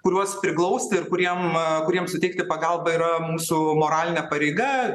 kuriuos priglausti ir kuriem kuriems suteikti pagalbą yra mūsų moralinė pareiga